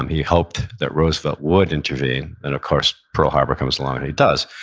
um he hoped that roosevelt would intervene and of course, pearl harbor comes along and he does.